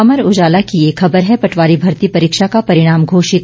अमर उजाला की एक ख़बर है पटवारी भर्ती परीक्षा का परिणाम घोषित